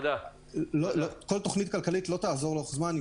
כל תוכנית כלכלית לא תעזור לאורך זמן,